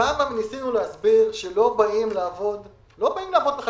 כמה ניסינו להסביר שישראלים לא באים לעבוד בחקלאות.